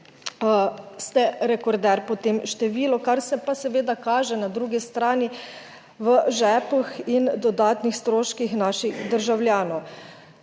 ste rekorder po tem številu, kar se pa seveda kaže na drugi strani v žepih in dodatnih stroških naših državljanov.